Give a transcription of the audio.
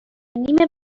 نیم